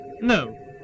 No